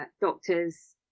doctors